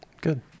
Good